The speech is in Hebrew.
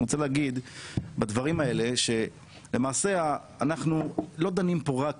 אני רוצה להגיד בדברים האלה שלמעשה אנחנו לא דנים פה רק